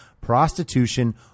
prostitution